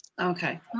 Okay